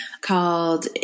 called